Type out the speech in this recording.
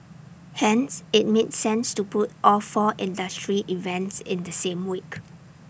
hence IT made sense to put all four industry events in the same week